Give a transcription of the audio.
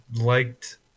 liked